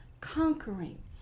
conquering